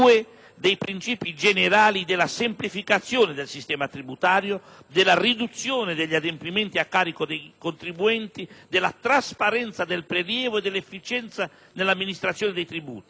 dei principi generali della semplificazione del sistema tributario, della riduzione degli adempimenti a carico dei contribuenti, della trasparenza del prelievo, dell'efficienza nell'amministrazione dei tributi,